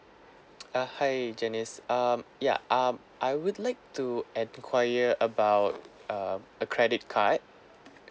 uh hi jenice um ya um I would like to enquire about um a credit card